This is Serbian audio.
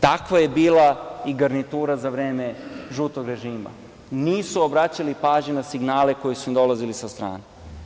Takva je bila i garnitura za vreme žutog režima, nisu obraćali pažnju na signale koji su im dolazili sa strane.